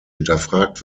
hinterfragt